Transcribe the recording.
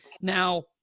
Now